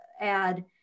add